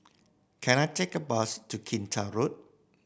can I take a bus to Kinta Road